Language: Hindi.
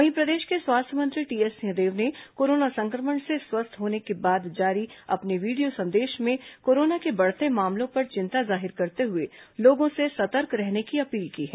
वहीं प्रदेश के स्वास्थ्य मंत्री टीएस सिंहदेव ने कोरोना संक्रमण से स्वस्थ होने के बाद जारी अपने वीडियो संदेश में कोरोना के बढ़ते मामलों पर चिंता जाहिर करते हुए लोगों से सतर्क रहने की अपील की है